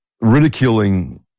ridiculing